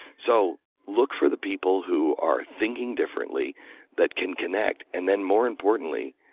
so look for the people who are thinking differently that can connect. and then more importantly,